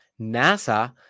NASA